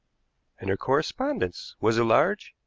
and her correspondence was it large?